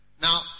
Now